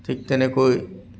ঠিক তেনেকৈ